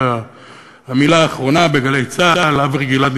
"המילה האחרונה" ב"גלי צה"ל"; אברי גלעד,